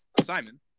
Simon